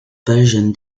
persian